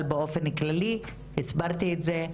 אבל באופן כללי, הסברתי את זה,